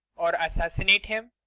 or assassinate him?